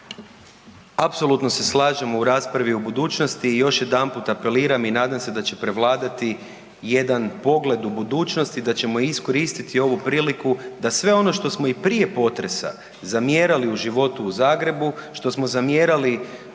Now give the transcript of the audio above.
Apsolutno se slažemo u raspravi o budućnosti i još jedanputa apeliram i nadam se da će prevladati jedan pogled u budućnosti i da ćemo iskoristiti ovu priliku da sve ono što smo i prije potresa zamjerali u životu u Zagrebu, što smo zamjerali